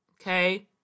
okay